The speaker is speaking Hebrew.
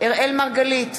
אראל מרגלית,